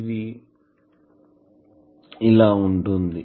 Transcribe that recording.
ఇది ఇలా ఉంటుంది